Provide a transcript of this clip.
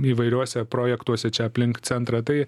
įvairiuose projektuose čia aplink centrą tai